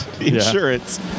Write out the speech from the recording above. insurance